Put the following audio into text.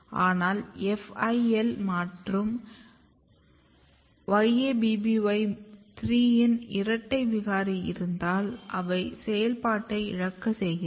ஆனால் FIL மற்றும் YABBY3 இன் இரட்டை விகாரி இருந்தால் அவை செயல்பாட்டை இழக்க செய்கிறது